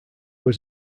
was